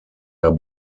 der